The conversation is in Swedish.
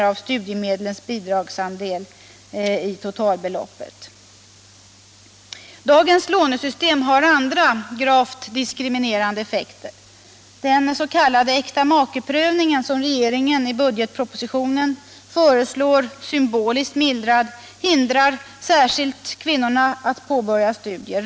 Dagens lånesystem har andra gravt diskriminerande effekter. Den s.k. äktamakeprövningen, som regeringen i budgetpropositionen föreslår symboliskt mildrad, hindrar särskilt kvinnorna att påbörja studier.